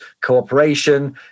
cooperation